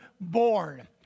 born